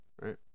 Right